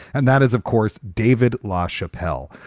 and that is, of course, david lachapelle.